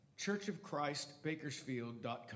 churchofchristbakersfield.com